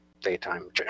daytime